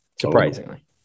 surprisingly